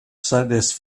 seines